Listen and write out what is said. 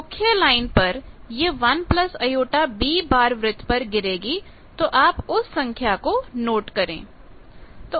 मुख्य लाइन पर ये 1 jB वृत्त पर गिरेगी तो आप उस संख्या को नोट करें